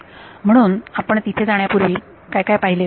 म्हणून आपण तिथे जाण्यापूर्वी आपण काय काय पाहिले